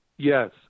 Yes